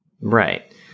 Right